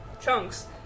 chunks